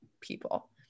people